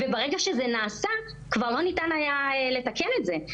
וברגע שזה נעשה כבר לא ניתן היה לתקן את זה.